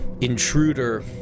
intruder